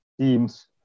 teams